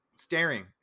staring